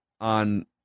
on